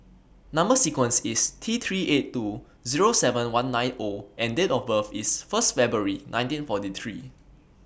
Number sequence IS T three eight two Zero seven one nine O and Date of birth IS First February nineteen forty three